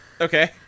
Okay